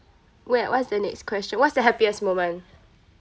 wh~ what's the next question what's the happiest moment